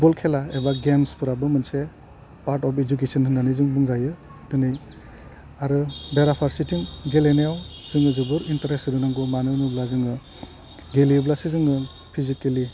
football खेला एबा गेमसफ्राबो मोनसे पार्ट अफ इडुकेशन होन्नानै जों बुंजायो दिनै आरो बेरा फारसेथिं गेलेनायाव जोङो जोबोद इनटारेस्ट गेलेनांगौ मानो होन्ना बुङोब्ला जोङो गेलेयोब्लासो जोंङो फेजिकेलि